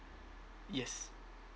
yes